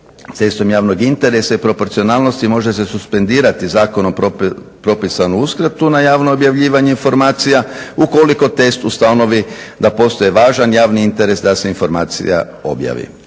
Sredstvom javnog interesa i proporcionalnosti može se suspendirati zakonom propisanu uskratu na javno objavljivanje informacija ukoliko test ustanovi da postoji važan javni interes da se informacija objavi.